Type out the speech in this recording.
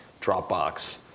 Dropbox